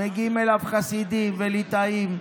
מגיעים אליו חסידים וליטאים,